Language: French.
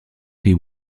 prix